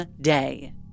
day